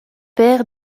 père